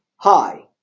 Hi